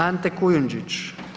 Ante Kujundžić.